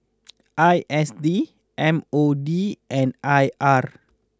I S D M O D and I R